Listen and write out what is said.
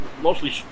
mostly